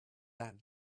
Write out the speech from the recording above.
that